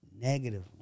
Negative